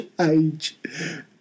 age